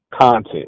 content